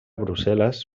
brussel·les